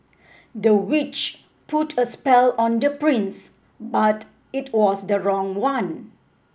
the witch put a spell on the prince but it was the wrong one